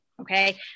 Okay